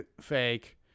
fake